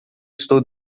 estou